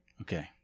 Okay